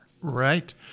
Right